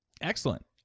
excellent